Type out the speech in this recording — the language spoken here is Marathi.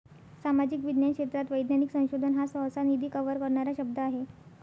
सामाजिक विज्ञान क्षेत्रात वैज्ञानिक संशोधन हा सहसा, निधी कव्हर करणारा शब्द आहे